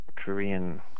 Korean